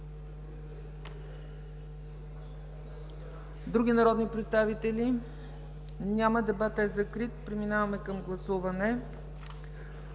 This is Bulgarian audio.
Други народни представители? Няма. Дебатът е закрит. Преминаваме към гласуване.